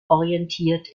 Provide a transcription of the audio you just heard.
orientiert